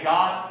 God